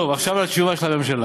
טוב, עכשיו לתשובה של הממשלה.